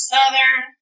Southern